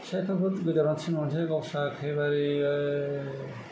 फिसाइफोरखौ गोजानाव थिनहरसै गावस्रा एखेबारे